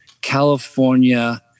California